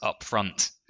upfront